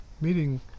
meeting